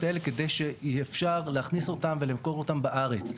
האלה כדי שאפשר יהיה להכניס אותם ולמכור אותם בארץ.